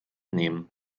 nehmen